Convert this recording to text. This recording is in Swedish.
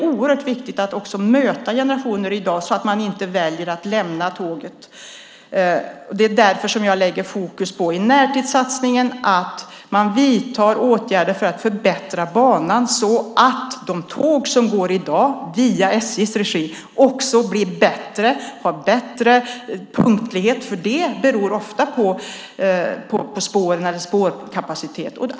Det är viktigt att möta alla generationer i dag, så att människor inte väljer att lämna tåget. Det är därför jag sätter fokus i närtidssatsningen på att vidta åtgärder för att förbättra banan så att de tåg som går i dag via SJ:s regi blir bättre och har större punktlighet. Det beror ofta på spåren eller spårkapacitet.